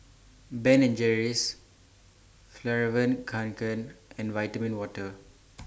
Ben and Jerry's Fjallraven Kanken and Vitamin Water